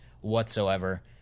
whatsoever